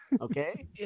Okay